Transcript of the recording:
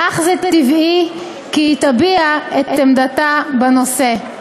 ואך טבעי כי היא תביע את עמדתה בנושא.